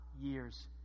years